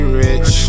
rich